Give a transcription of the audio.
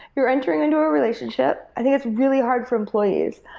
you're entering into a relationship. i think it's really hard for employees.